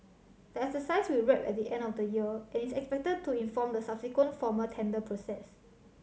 the exercise will wrap at the end of the year and is expected to inform the subsequent formal tender process